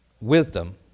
wisdom